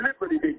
liberty